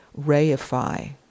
reify